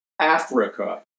Africa